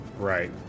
Right